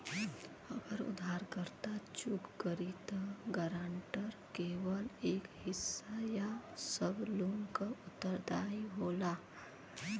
अगर उधारकर्ता चूक करि त गारंटर केवल एक हिस्सा या सब लोन क उत्तरदायी होला